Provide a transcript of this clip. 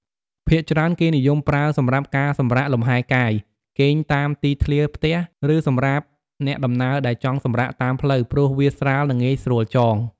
ភាគច្រើនគេនិយមប្រើសម្រាប់ការសម្រាកលំហែកាយ គេងតាមទីធ្លាផ្ទះ ឬសម្រាប់អ្នកដំណើរដែលចង់សម្រាកតាមផ្លូវ ព្រោះវាស្រាល និងងាយស្រួលចង។